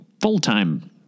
full-time